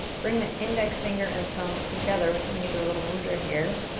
bring the index finger and thumb together. we're coming into a little mudra here.